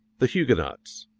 the huguenots.